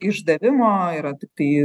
išdavimo yra tik tai